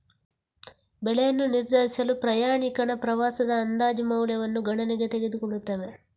ಬೆಲೆಯನ್ನು ನಿರ್ಧರಿಸಲು ಪ್ರಯಾಣಿಕನ ಪ್ರವಾಸದ ಅಂದಾಜು ಮೌಲ್ಯವನ್ನು ಗಣನೆಗೆ ತೆಗೆದುಕೊಳ್ಳುತ್ತವೆ